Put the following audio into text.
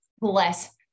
bless